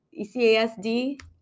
ECASD